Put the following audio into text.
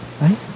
right